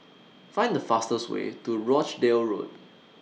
Find The fastest Way to Rochdale Road